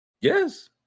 Yes